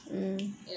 ya